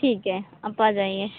ठीक है आप आ जाइए